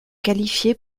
qualifiée